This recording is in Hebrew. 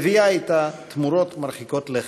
מביאה אתה תמורות מרחיקות לכת.